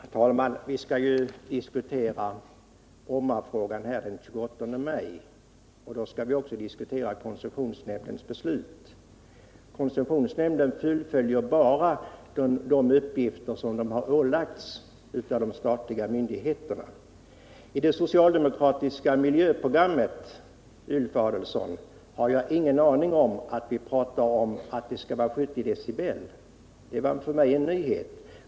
Herr talman! Vi skall ju diskutera Brommafrågan den 28 maj, och då skall vi också diskutera koncessionsnämndens beslut. Koncessionsnämnden fullföljer bara de uppgifter som den har ålagts av de statliga myndigheterna. Att vi i det socialdemokratiska miljöprogrammet skulle tala om att det skall vara en gräns vid 70 decibel hade jag ingen aning om, Ulf Adelsohn. Det var för mig en nyhet.